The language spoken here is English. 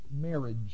marriage